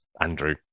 Andrew